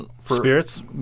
spirits